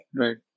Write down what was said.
right